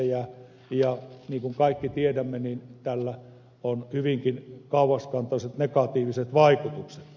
ja niin kuin kaikki tiedämme tällä on hyvinkin kauaskantoiset negatiiviset vaikutukset